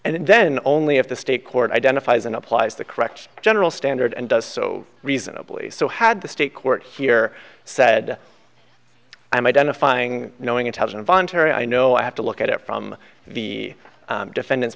and then only if the state court identifies and applies the correct general standard and does so reasonably so had the state court here said i'm identifying knowing intelligent voluntary i know i have to look at it from the defendant